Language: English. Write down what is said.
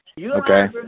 Okay